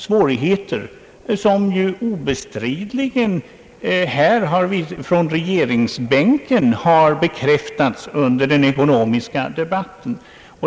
Från regeringsbänken har för övrigt dessa svårigheter obestridligen bekräftats under den ekonomiska debatten.